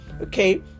okay